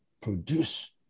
produce